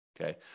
okay